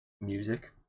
music